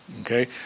Okay